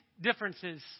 differences